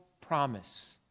promise